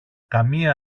καμία